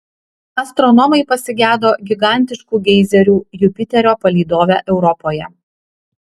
astronomai pasigedo gigantiškų geizerių jupiterio palydove europoje